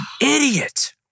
idiot